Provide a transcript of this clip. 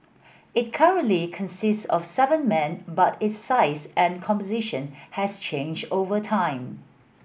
it currently consists of seven men but its size and composition has changed over time